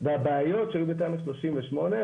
והבעיות שהיו בתמ"א 38,